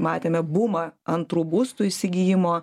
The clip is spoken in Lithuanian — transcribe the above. matėme bumą antrų būstų įsigijimo